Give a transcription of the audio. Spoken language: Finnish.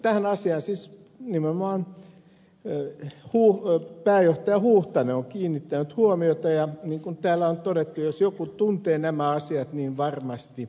tähän asiaan siis nimenomaan pääjohtaja huuhtanen on kiinnittänyt huomiota ja niin kuin täällä on todettu jos joku tuntee nämä asiat niin varmasti hän